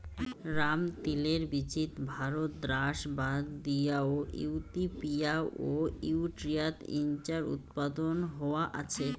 রামতিলের বীচিত ভারত দ্যাশ বাদ দিয়াও ইথিওপিয়া ও এরিট্রিয়াত ইঞার উৎপাদন হয়া আছে